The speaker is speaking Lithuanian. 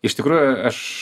iš tikrųjų aš